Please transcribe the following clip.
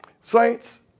Saints